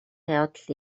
явдал